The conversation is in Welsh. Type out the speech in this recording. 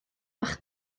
bach